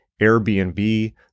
Airbnb